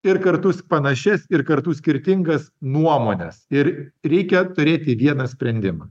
ir kartus panašias ir kartu skirtingas nuomones ir reikia turėti vieną sprendimą